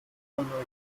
neuguinea